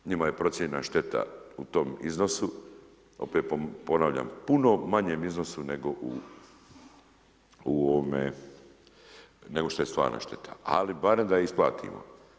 Njima je procijenjena šteta u tom iznosu, opet ponavljam, puno manjem iznosu nego što je stvarna šteta, ali barem da je isplatimo.